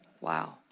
wow